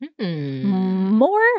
More